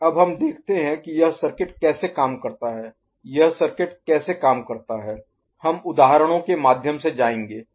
अब हम देखते हैं कि यह सर्किट कैसे काम करता है यह सर्किट कैसे काम करता है हम उदाहरणों के माध्यम से जाएंगे